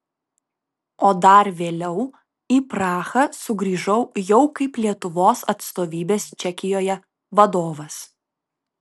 o dar vėliau į prahą sugrįžau jau kaip lietuvos atstovybės čekijoje vadovas